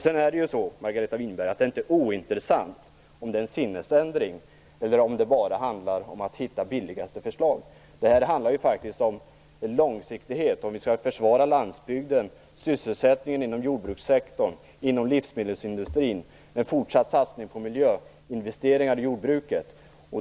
Det är inte ointressant, Margareta Winberg, om det är en sinnesändring eller om det bara handlar om att hitta det billigaste förslaget. Det handlar faktiskt om långsiktighet. Vi skall försvara landsbygden, sysselsättningen inom jordbrukssektorn och livsmedelsindustrin och en fortsatt satsning på miljöinvesteringar i jordbruket.